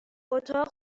اتاق